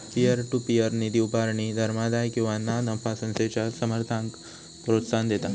peer to peer निधी उभारणी धर्मादाय किंवा ना नफा संस्थेच्या समर्थकांक प्रोत्साहन देता